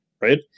right